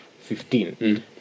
fifteen